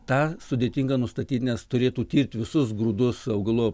tą sudėtinga nustatyti nes turėtų tirti visus grūdus augalų